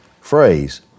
phrase